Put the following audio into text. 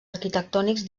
arquitectònics